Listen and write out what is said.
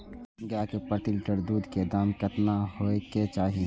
गाय के प्रति लीटर दूध के दाम केतना होय के चाही?